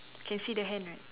can see the hand right